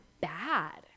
bad